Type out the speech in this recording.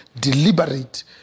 deliberate